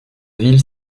ville